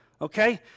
Okay